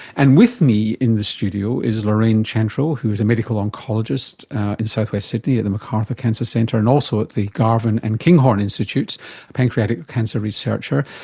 and with me in the studio is lorraine chantrill who is a medical oncologist in south-west sydney at the macarthur cancer centre, and also at the garvan and kinghorn institutes, a pancreatic cancer researcher.